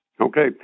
Okay